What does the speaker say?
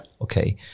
Okay